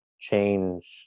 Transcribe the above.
change